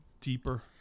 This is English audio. deeper